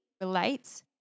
relates